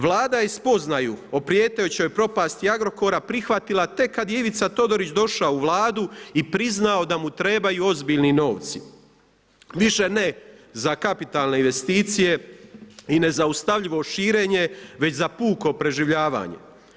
Vlada je spoznaju u prijetećoj propasti Agrokora prihvatila tek kada je Ivica Todorić došao u Vladu i priznao da mu trebaju ozbiljni novci, više ne za kapitalne investicije i nezaustavljivo širenje već za puko preživljavanje.